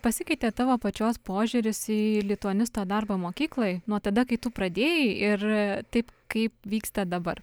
pasikeitė tavo pačios požiūris į lituanisto darbą mokykloj nuo tada kai tu pradėjai ir taip kaip vyksta dabar